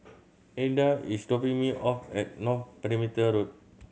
Elida is dropping me off at North Perimeter Road